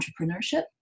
entrepreneurship